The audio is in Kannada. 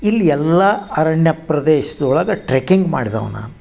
ಇಲ್ಲಿ ಎಲ್ಲ ಅರಣ್ಯ ಪ್ರದೇಶ್ದ ಒಳಗೆ ಟ್ರಕಿಂಗ್ ಮಾಡ್ದವ ನಾನು